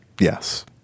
yes